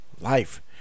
life